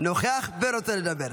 נוכח ורוצה לדבר.